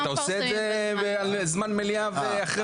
אתה עושה את זה על זמן מליאה ואחרי מליאה.